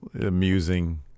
Amusing